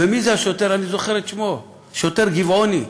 ומי זה השוטר, אני זוכר את שמו: השוטר גבעוני.